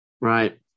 right